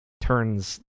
turns